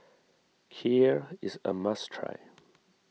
Kheer is a must try